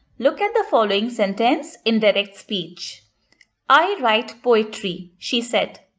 look at the following sentence in direct speech i write poetry, she said.